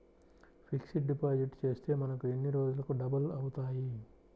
Fixed deposit చేస్తే మనకు ఎన్ని రోజులకు డబల్ అవుతాయి?